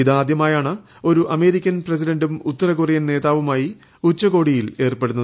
ഇത് ആദ്യമായാണ് ഒരു അമേരിക്കൻ പ്രസിഡന്റും ഉത്തരകൊറിയൻ നേതാവുമായി ഉച്ചകോടിയിൽ ഏർപ്പെടുന്നത്